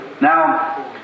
Now